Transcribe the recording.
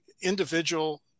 individual